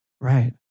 Right